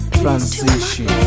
transition